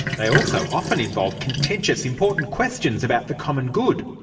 they also often involve contentious important questions about the common good.